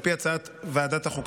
על פי הצעת ועדת החוקה,